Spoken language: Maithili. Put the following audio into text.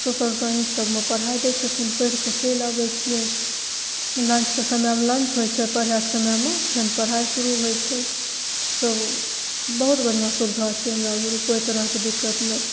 सोशल साइंस सबमे पढ़ाय दै छथिन पढ़िके चलि अबय छियै लंचके समयमे लंच होइ छै पढ़यके समयमे फेन पढ़ाइ शुरू होइ छै सब बहुत बढ़िआँ सुविधा छै हमरा भीरू कोइ तरहके दिक्कत नहि